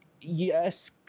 yes